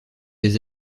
des